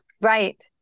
Right